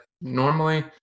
normally